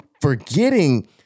forgetting